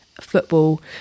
football